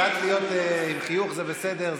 קצת להיות עם חיוך זה בסדר.